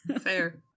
Fair